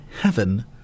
heaven